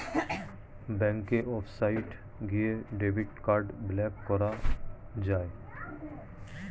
ব্যাঙ্কের ওয়েবসাইটে গিয়ে ডেবিট কার্ড ব্লক করা যায়